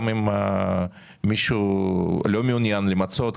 גם אם מישהו לא מעוניין למצות,